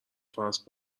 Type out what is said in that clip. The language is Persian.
فصل